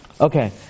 Okay